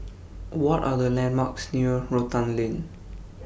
What Are The landmarks near Rotan Lane